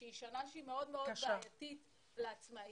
היא שנה מאוד בעייתית לעצמאיות,